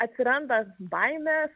atsiranda baimės